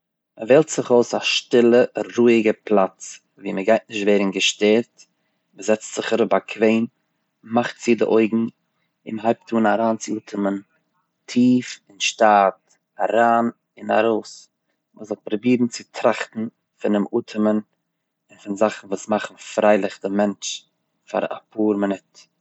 מ'וועלט זיך אויס א שטילע רואיגע פלאץ וואו מ'גייט נישט ווערן געשטערט, מ'זעצט זיך אראפ באקוועם, מ'מאכט צו די אויגן און מ'הייבט אן אריין צו אטעמען טיף און שטייט אריין און ארויס, מ'זאל פראבירן צו טראכטן פונעם אטעמען און פון זאכן וואס מאכן פרייליך דעם מענטש פאר א פאר מינוט.